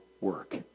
work